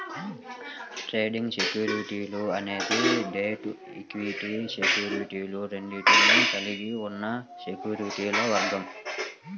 trading సెక్యూరిటీలు అనేది debt, equity సెక్యూరిటీలు రెండింటినీ కలిగి ఉన్న సెక్యూరిటీల వర్గం